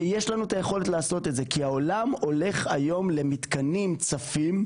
ויש לנו את היכולת לעשות את זה כי העולם הולך היום למתקנים צפים,